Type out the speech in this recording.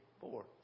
four